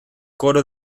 coro